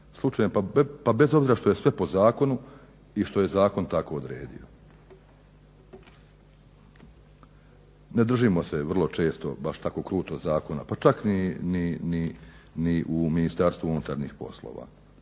slučajevima. Pa bez obzira što je sve po zakonu i što je zakon tako odredio. Ne držimo se vrlo često baš tako kruto zakona pa čak ni u Ministarstvu unutarnjih poslova,